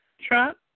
Trump